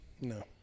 No